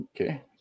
Okay